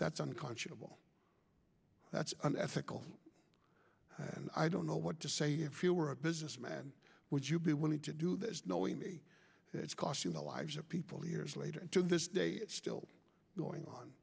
that's unconscionable that's unethical and i don't know what to say if you were a businessman would you be willing to do this knowing me it's costing the lives of people years later and to this day it's still going on